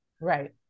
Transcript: Right